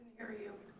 hear you.